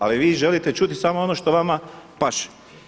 Ali vi želite čuti samo ono što vama paše.